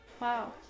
Wow